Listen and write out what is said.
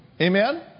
Amen